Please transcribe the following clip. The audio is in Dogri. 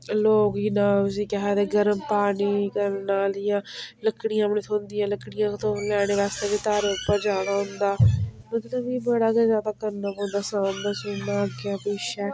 लोग इ'यां नाम उसी केह् आखदे गर्म पानी करना लक्कड़ियां बी नी थ्होंदियां लक्कड़ियां लैने बास्तै बी धारें उप्पर जाना होंदा मतलब कि बड़ा गै ज्यादा करना पौंदा सामना सुमना अग्गें पिच्छें